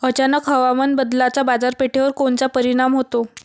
अचानक हवामान बदलाचा बाजारपेठेवर कोनचा परिणाम होतो?